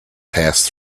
passed